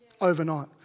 overnight